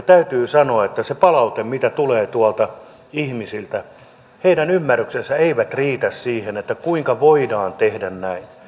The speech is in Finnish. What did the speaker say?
täytyy sanoa että sen palautteen mukaan mitä tulee tuolta ihmisiltä heidän ymmärryksensä ei riitä siihen kuinka voidaan tehdä näin